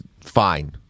fine